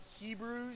Hebrews